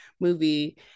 movie